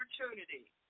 opportunity